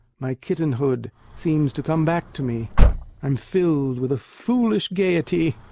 my kittenhood seems to come back to me i'm filled with a foolish gayety.